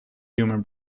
human